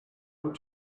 what